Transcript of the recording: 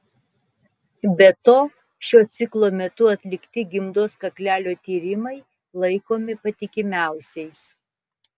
be to šiuo ciklo metu atlikti gimdos kaklelio tyrimai laikomi patikimiausiais